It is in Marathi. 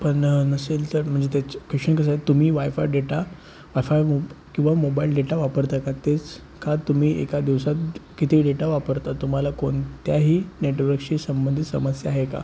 पण नसेल तर म्हणजे तेच क्वेशन कसा आहे तुम्ही wifi data wifi मोब किंवा मोबाईल डेटा वापरता का तेच का तुम्ही एका दिवसात किती डेटा वापरता तुम्हाला कोणत्याही नेटवर्कशी संबंधित समस्या आहे का